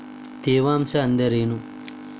ತೇವಾಂಶ ಅಂದ್ರೇನು?